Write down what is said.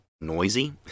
noisy